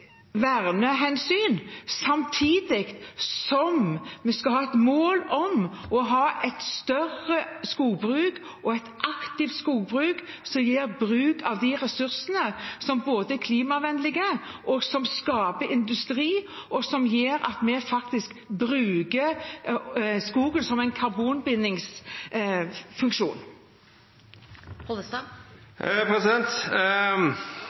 vernehensyn samtidig som vi skal ha et mål om å ha et større skogbruk og et aktivt skogbruk som gjør bruk av de ressursene som både er klimavennlige, som skaper industri, og som gjør at vi faktisk bruker skogen som en karbonbindingsfunksjon.